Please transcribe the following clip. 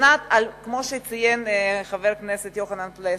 כמו שציין חבר הכנסת יוחנן פלסנר,